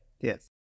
Yes